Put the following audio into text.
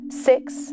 six